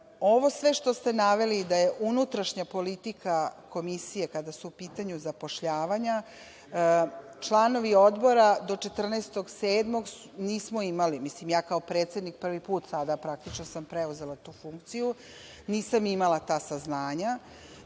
Ovo sve što ste naveli da je unutrašnja politika komisije, kada su u pitanju zapošljavanja, članovi Odbora do 14.07. nismo imali, ja kao predsednik prvi put sada sam preuzela tu funkciju, nisam imala ta saznanja